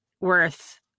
worth